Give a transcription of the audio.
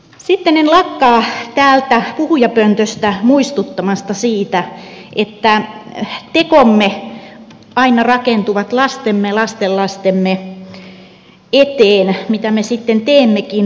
sitten en lakkaa täältä puhujapöntöstä muistuttamasta siitä että tekomme aina rakentuvat lastemme lastenlastemme eteen mitä me sitten teemmekin